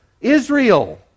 Israel